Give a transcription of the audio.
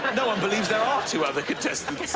no-one believes there are two other contestants!